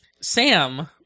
Sam